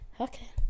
Okay